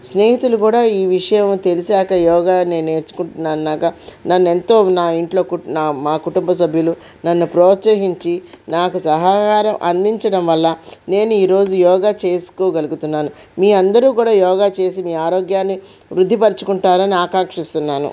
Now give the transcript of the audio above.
స్నేహితులు కూడా ఈ విషయం తెలిసాక యోగా నేను నేర్చుకుంటున్నాగా నన్ను ఎంతో నా ఇంట్లో మా కుటుంబ సభ్యులు నన్ను ప్రోత్సహించి నాకు సహాయ సహకారాలు అందించడంవల్ల నేను ఈరోజు యోగా చేసుకోగలుగుతున్నాను మీ అందరూ కూడా యోగా చేసి మీ ఆరోగ్యాన్ని వృద్దిపరచుకుంటారు అని ఆకాంక్షిస్తున్నాను